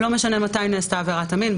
לא משנה מתי נעשתה עבירת המין,